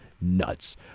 nuts